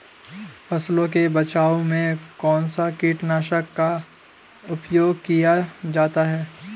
फसलों के बचाव में कौनसा कीटनाशक का उपयोग किया जाता है?